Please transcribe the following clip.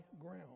ground